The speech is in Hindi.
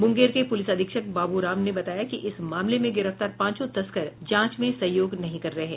मुंगेर के पुलिस अधीक्षक बाबू राम ने बताया कि इस मामले में गिरफ्तार पांचों तस्कर जांच में सहयोग नहीं कर रहे हैं